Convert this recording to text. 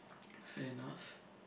fair enough